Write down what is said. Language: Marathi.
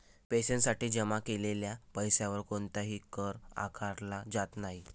पेन्शनसाठी जमा केलेल्या पैशावर कोणताही कर आकारला जात नाही